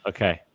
Okay